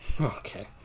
Okay